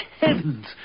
heavens